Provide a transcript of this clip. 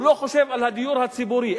הוא לא חושב על הדיור הציבורי,